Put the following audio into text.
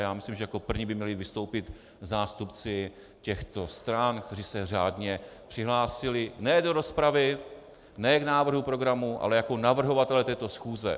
A myslím, že jako první by měli vystoupit zástupci těchto stran, kteří se řádně přihlásili ne do rozpravy, ne k návrhu programu, ale jako navrhovatelé této schůze.